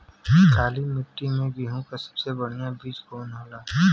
काली मिट्टी में गेहूँक सबसे बढ़िया बीज कवन होला?